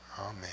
Amen